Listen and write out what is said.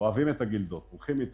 את ההצעה, ולגנוז